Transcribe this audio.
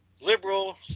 liberal